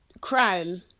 crime